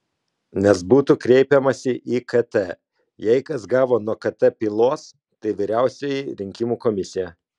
nes būtų kreipiamasi į kt jei kas gavo nuo kt pylos tai vyriausioji rinkimų komisija